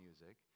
music